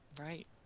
Right